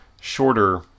shorter